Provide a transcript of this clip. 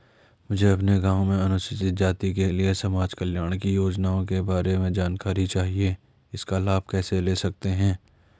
मुझे अपने गाँव में अनुसूचित जाति के लिए समाज कल्याण की योजनाओं के बारे में जानकारी चाहिए इसका लाभ कैसे ले सकते हैं?